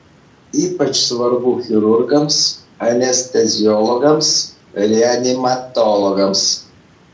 ypač svarbu chirurgams anesteziologams reanimatologams